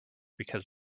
because